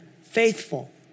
faithful